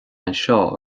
anseo